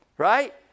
Right